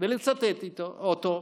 ולצטט אותו,